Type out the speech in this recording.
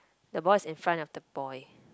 the boy is in front of the boy